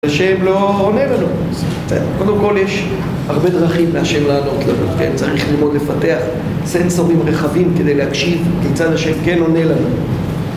השם לא עונה לנו. קודם כל יש הרבה דרכים להשם לענות לנו, צריך ללמוד לפתח סנסורים רחבים כדי להקשיב, כיצד השם כן עונה לנו